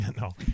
No